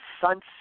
sunset